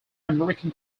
american